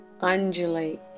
Undulate